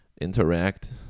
interact